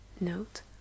Note